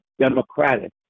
Democratic